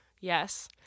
Yes